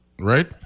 right